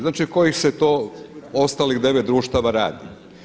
Znači kojih se to ostalih 9 društava radi.